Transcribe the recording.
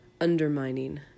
Undermining